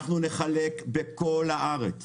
אנחנו נחלק בכל הארץ